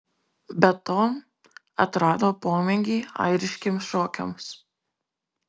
be to atrado pomėgį airiškiems šokiams